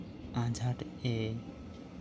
ᱟᱡᱷᱟᱴ ᱮ